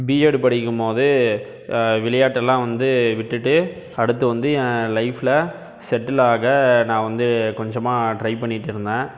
BEd படிக்கும் போதே விளையாட்டெல்லாம் வந்து விட்டுவிட்டு அடுத்து வந்து என் லைஃப்பில் செட்டில் ஆக நான் வந்து கொஞ்சமாக ட்ரை பண்ணியிட்டிருந்தேன்